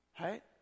right